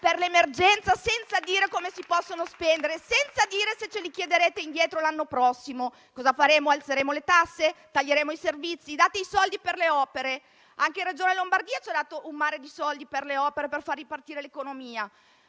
per l'emergenza, senza dire come si possono spendere o se ce li chiederete indietro l'anno prossimo. Cosa faremo? Alzeremo le tasse? Taglieremo i servizi? Date i soldi per le opere. Anche la Regione Lombardia ci ha dato un mare di soldi per le opere, per far ripartire l'economia,